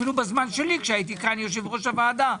אפילו בזמן שלי כשהייתי כאן יושב-ראש הוועדה,